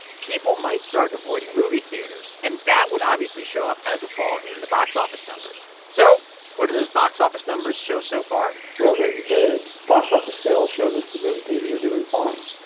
people might start avoiding movie theaters, and that would obviously show up as a fall in the box office numbers. so what do those box office numbers show so far? well, the the box office sales shows us the movie theaters are doing fine.